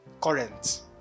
current